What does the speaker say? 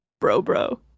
bro-bro